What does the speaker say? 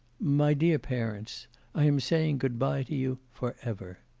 my dear parents i am saying goodbye to you for ever.